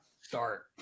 Start